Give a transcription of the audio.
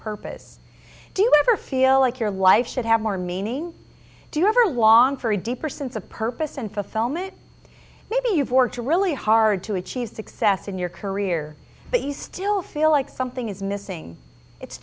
purpose do you ever feel like your life should have more meaning do you ever long for a deeper sense of purpose and fulfillment maybe you've worked really hard to achieve success in your career but you still feel like something is missing it's